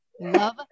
Love